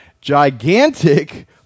gigantic